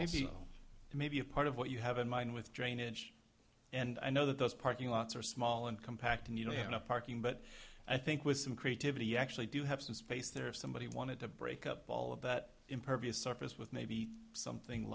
there may be a part of what you have in mind with drainage and i know that those parking lots are small and compact and you know you're not parking but i think with some creativity you actually do have some space there if somebody wanted to break up all of that impervious surface with maybe something